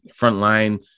frontline